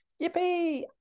yippee